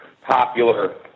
popular